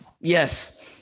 Yes